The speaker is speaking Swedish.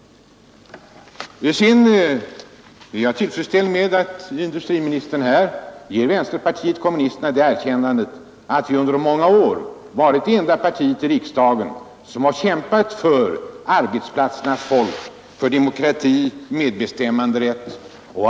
Jag är naturligtvis tillfredsställd med att industriministern ger vänsterpartiet kommunisterna det erkännandet, att vi under många år varit det enda parti i riksdagen som kämpat för arbetsplatsernas folk, för demokrati, medbestämmanderätt etc.